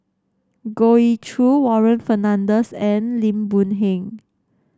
Goh Ee Choo Warren Fernandez and Lim Boon Heng